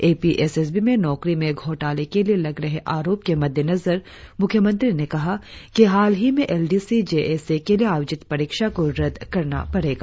ए P S S B में नौकरी में घोटाले के लिए लग रहे आरोप के मद्देनजर म्ख्य मंत्री ने कहा कि हालही में L D C J S A के लिए आयोजित परीक्षा को रद्द करना पड़ेगा